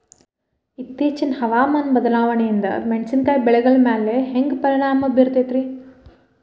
ಇತ್ತೇಚಿನ ಹವಾಮಾನ ಬದಲಾವಣೆಯಿಂದ ಮೆಣಸಿನಕಾಯಿಯ ಬೆಳೆಗಳ ಮ್ಯಾಲೆ ಹ್ಯಾಂಗ ಪರಿಣಾಮ ಬೇರುತ್ತೈತರೇ?